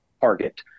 target